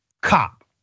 cop